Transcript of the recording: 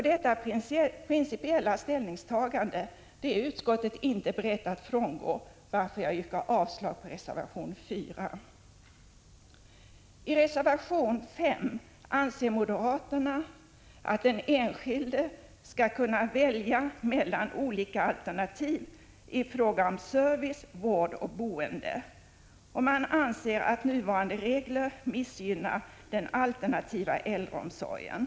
Detta principiella ställningstagande är utskottet inte berett att frångå, varför jag yrkar avslag på reservation 4. I reservation 5 skriver moderaterna att den enskilde skall kunna välja mellan olika alternativ i fråga om service, vård och boende. De anser att de nuvarande reglerna missgynnar den alternativa äldreomsorgen.